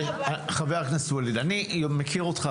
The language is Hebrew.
אני מכיר אותך,